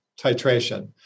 titration